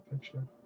picture